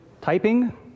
typing